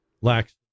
Lacks